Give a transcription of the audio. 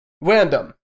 random